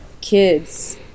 kids